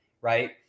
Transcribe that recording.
right